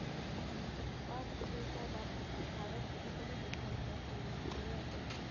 उत्पादकतेच्या बाबतीत भारत कितीतरी देशांच्या तुलनेत पुढे असा